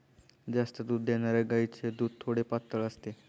जास्त दूध देणाऱ्या गायीचे दूध थोडे पातळ असते